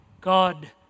God